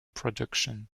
production